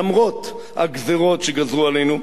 למרות הגזירות שגזרו עלינו,